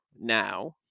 now